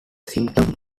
symptom